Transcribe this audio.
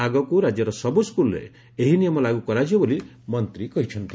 ଆଗକୁ ରାଜ୍ୟର ସବୁ ସ୍କୁଲ୍ରେ ଏହି ନିୟମ ଲାଗୁ କରାଯିବ ବୋଲି ମନ୍ତୀ କହିଛନ୍ତି